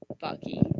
Bucky